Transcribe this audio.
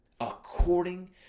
according